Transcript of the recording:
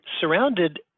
surrounded